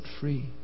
free